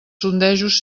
sondejos